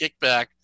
kickback